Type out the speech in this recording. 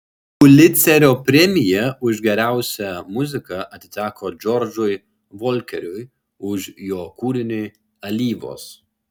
pulicerio premija už geriausią muziką atiteko džordžui volkeriui už jo kūrinį alyvos